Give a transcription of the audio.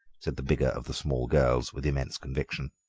said the bigger of the small girls, with immense conviction.